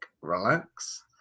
relax